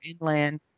inland